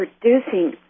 producing